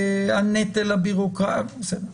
הנטל הבירוקרטי וכדומה,